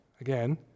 Again